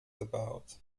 gebaut